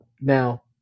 now